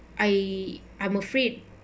I I'm afraid